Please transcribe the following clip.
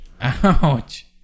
Ouch